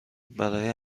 برای